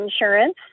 insurance